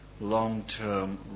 long-term